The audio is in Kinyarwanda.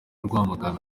rwamagana